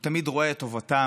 הוא תמיד רואה את טובתם,